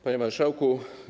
Panie Marszałku!